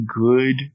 good